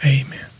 amen